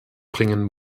bringen